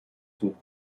zum